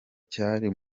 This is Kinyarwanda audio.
cyari